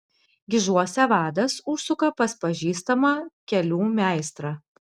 gižuose vadas užsuka pas pažįstamą kelių meistrą